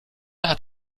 hat